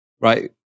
right